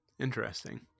Interesting